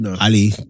Ali